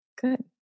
Good